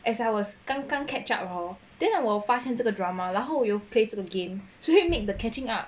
as I was 刚刚 catch up hor then 我发现这个 drama 然后这个 game so made the catching up